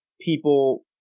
people